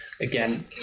again